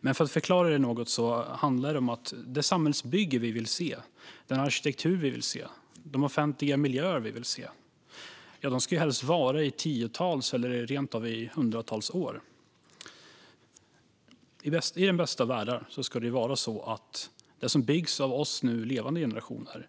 Men för att förklara det något handlar det om att det samhällsbygge vi vill se, den arkitektur vi vill se och de offentliga miljöer vi vill se helst ska finnas kvar i tiotals eller rent av i hundratals år. I den bästa av världar ska det som byggs av oss, nu levande generationer,